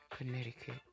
Connecticut